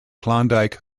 klondike